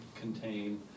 contain